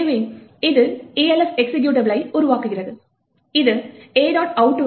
எனவே இது Elf எக்சிகியூட்டபிளை உருவாக்குகிறது இது a